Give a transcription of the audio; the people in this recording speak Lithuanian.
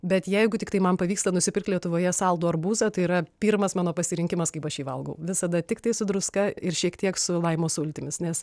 bet jeigu tiktai man pavyksta nusipirkt lietuvoje saldų arbūzą tai yra pirmas mano pasirinkimas kaip aš jį valgau visada tiktai su druska ir šiek tiek su laimo sultimis nes